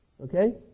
Okay